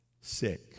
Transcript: sick